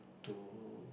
to